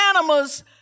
animals